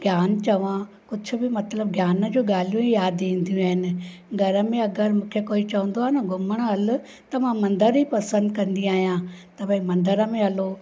ज्ञान चवां कुझु बि मतिलबु ज्ञान जूं ॻाल्हियूं ई यादि ईंदियूं आहिनि घर में अगरि मूंखे कोइ चवंदो आहे न घुमणु हलु त मां मंदरु ई पसंदि कंदी आहियां त भाई मंदर में हलो